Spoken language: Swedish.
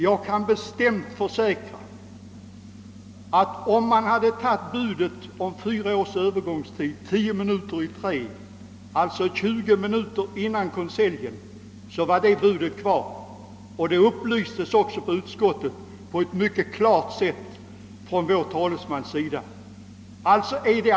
Jag kan försäkra, att budet om fyra års övergångstid stod fast klockan tio minuter i tre, alltså tjugo minuter före konseljen. Detta framhöll på ett mycket klart sätt vår talesman i utskottet.